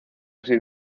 sin